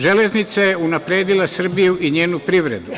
Železnica je unapredila Srbiju i njenu privredu.